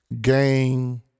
gang